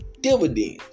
dividends